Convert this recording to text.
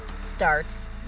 starts